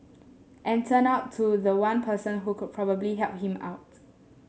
and turned to the one person who could probably help him out